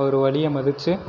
அவர் வழியை மதித்து